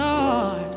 Lord